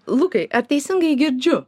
lukai ar teisingai girdžiu